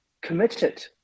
committed